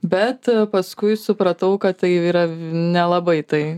bet paskui supratau kad tai yra nelabai tai